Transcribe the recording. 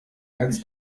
als